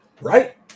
Right